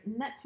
netflix